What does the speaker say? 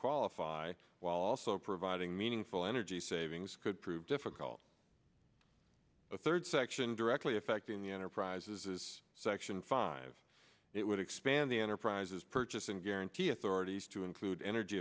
qualify while also providing meaningful energy savings could prove difficult a third section directly affecting the enterprises section five it would expand the enterprises purchase and guarantee authority to include energy